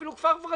אפילו כפר ורדים,